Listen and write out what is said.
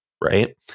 right